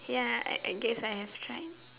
ya I I guess I have tried